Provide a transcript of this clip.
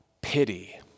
pity